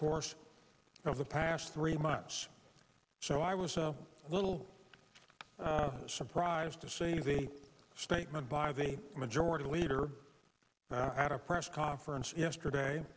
course of the past three months so i was a little surprised to see the statement by the majority leader i had a press conference yesterday